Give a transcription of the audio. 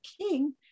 king